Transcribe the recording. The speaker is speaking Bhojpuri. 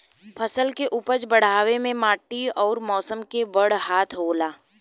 फसल के उपज बढ़ावे मे माटी अउर मौसम के बड़ हाथ होला